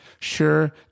Sure